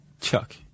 Chuck